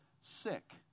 sick